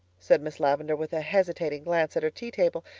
said miss lavendar, with a hesitating glance at her tea table.